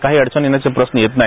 काही अडटण येण्याचा प्रश्न येत नाही